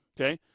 Okay